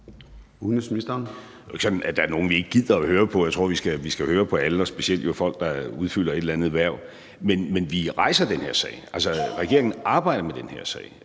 ikke sådan, at der er nogen, vi ikke gider at høre på. Jeg tror, vi skal høre på alle, og specielt folk, der udfylder et eller andet hverv. Men vi rejser den her sag. Altså, regeringen arbejder med den her sag